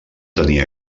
tenir